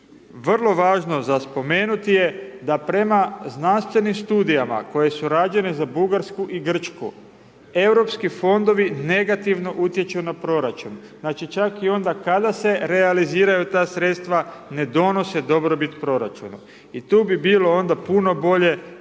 vrlo važno za spomenuti je da prema znanstvenim studijama koje su rađene za Bugarsku i Grčku, europski fondovi negativno utječu na proračun, znači čak i onda kada se realiziraju ta sredstva ne donose dobrobit proračunu. I tu bi bilo onda puno bolje da